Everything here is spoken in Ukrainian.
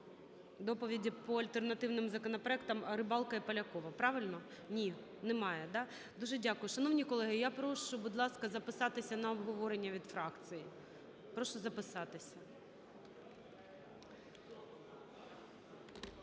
доповіді по альтернативним законопроектам Рибалки і Полякова, правильно? Ні, немає, да? Дуже дякую. Шановні колеги, я прошу, будь ласка, записатися на обговорення від фракцій. Прошу записатися.